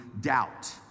doubt